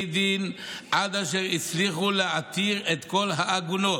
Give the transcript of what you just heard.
דין עד אשר הצליחו להתיר את כל העגונות.